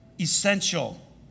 essential